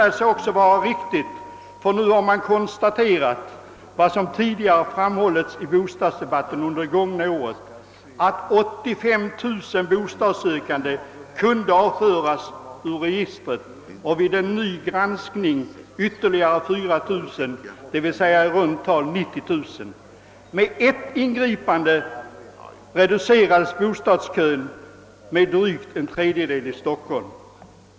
Därvid har man kunnat konstatera riktigheten av vad som framhållits i bostadsdebatter under de gångna åren. Ur registret har nämligen kunnat avföras 85 000 bostadssökande och vid ny granskning ytterligare 4 000, d.v.s. i runt tal 90 000. Genom ett enda ingripande reducerades sålunda bostadskön i Stockholm med drygt en tredjedel.